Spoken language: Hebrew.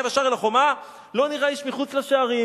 ישר אל החומה לא נראה איש מחוץ לשערים".